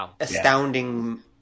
astounding